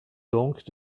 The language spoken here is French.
donc